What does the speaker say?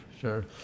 sure